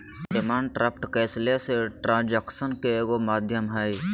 demand draft cashless ट्रांजेक्शनन के एगो माध्यम हइ